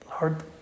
Lord